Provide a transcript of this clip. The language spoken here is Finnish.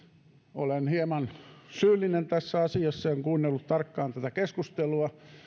olen hieman syyllinen tässä asiassa en kuunnellut tarkkaan tätä keskustelua